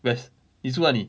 west 你住哪里